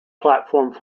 platforms